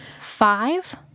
Five